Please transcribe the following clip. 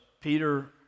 Peter